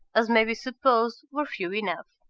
as may be supposed, were few enough.